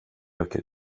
åker